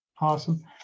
Awesome